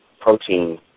protein